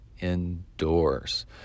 indoors